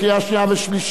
קריאה שנייה ושלישית.